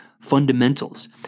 fundamentals